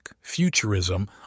futurism